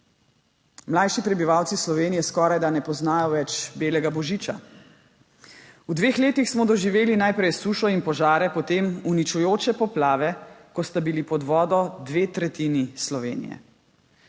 Mlajši prebivalci Slovenije skorajda ne poznajo več belega božiča. V dveh letih smo doživeli najprej sušo in požare, potem uničujoče poplave, ko sta bili pod vodo dve tretjini Slovenije.